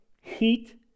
heat